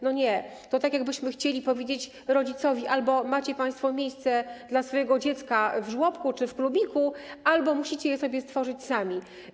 Nie, bo to tak, jakbyśmy chcieli powiedzieć rodzicom: albo macie państwo miejsce dla swojego dziecka w żłobku czy klubiku, albo musicie je sobie stworzyć sami.